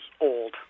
old